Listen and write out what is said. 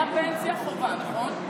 הייתה פנסיה חובה, נכון?